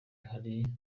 hari